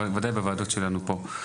בוודאי בוועדות שלנו פה.